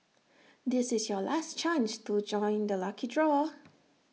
this is your last chance to join the lucky draw